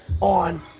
on